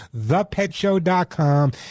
thepetshow.com